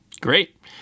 great